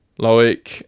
Loic